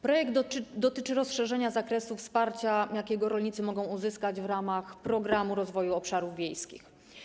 Projekt dotyczy rozszerzenia zakresu wsparcia, jakie rolnicy mogą uzyskać w ramach Programu Rozwoju Obszarów Wiejskich.